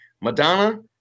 Madonna